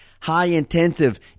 high-intensive